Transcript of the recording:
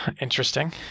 Interesting